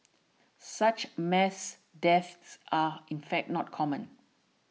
such mass deaths are in fact not common